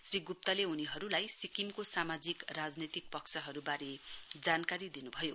श्री गुप्तले उनीहरूलाई सिक्किमको सामाजिक राजनैतिक पक्षबारे जानकारी दिनु भयो